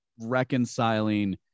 reconciling